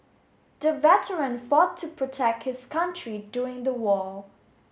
the veteran fought to protect his country during the war